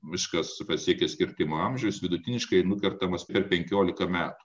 miškas pasiekęs kirtimo amžių jis vidutiniškai nukertamas per penkiolika metų